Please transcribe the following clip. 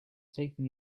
taking